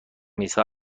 میزها